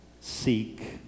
seek